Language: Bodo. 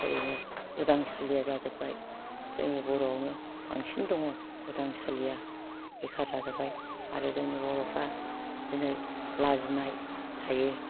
ओरैनो उदां सालिया जाजोबबाय जोंनि बर'आवनो बांसिन दङ उदां सालिया बेखार जाजोबबाय आरो जोंनि बर'फ्रा दिनै लाजिनाय थायो